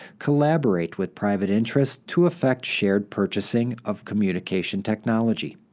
collaborate with private interests to effect shared purchasing of communication technology.